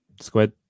Squid